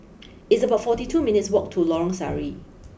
it's about forty two minutes' walk to Lorong Sari